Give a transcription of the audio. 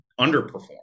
underperformed